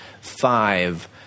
five